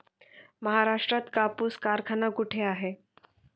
महाराष्ट्रात कापूस कारखाना कुठे आहे?